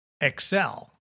excel